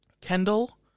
Kendall